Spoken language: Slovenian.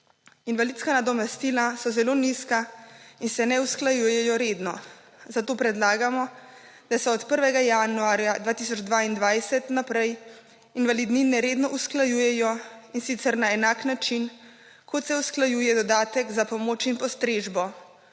Invalidska nadomestila so zelo nizka in se ne usklajujejo redno, zato predlagamo, da se od 1. januarja 2022 naprej invalidnine redno usklajujejo, in sicer na enak način kot se usklajuje dodatek za pomoč in postrežbo